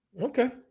Okay